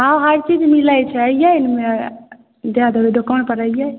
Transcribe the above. हँ हर चीज मिलैत छै अइयै दए देबै दोकान पर अइयै